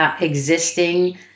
existing